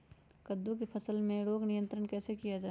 कददु की फसल में रोग नियंत्रण कैसे किया जाए?